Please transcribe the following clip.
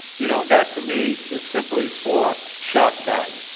you know, that to me is simply for shock value.